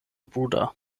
buda